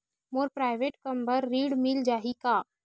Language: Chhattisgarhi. मोर प्राइवेट कम बर ऋण मिल जाही का?